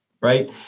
right